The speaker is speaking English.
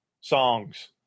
songs